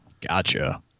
Gotcha